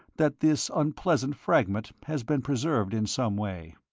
that this unpleasant fragment has been preserved in some way.